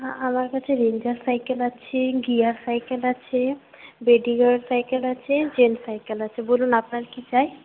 আমার কাছে Ranger cycle আছে গিয়ার সাইকেল আছে লেডিবার্ড সাইকেল আছে জেন্ট সাইকেল আছে বলুন আপনার কী চাই